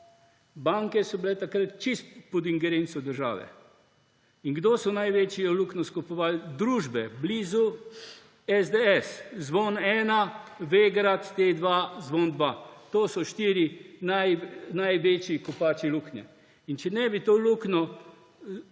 Banke so bile takrat čisto pod ingerenco države. In kdo so največjo luknjo skopali? Družbe, blizu SDS: Zvon 1, Vegrad, T-2, Zvon 2. To so štiri največji kopači luknje. Če ne bi to luknjo šli